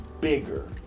bigger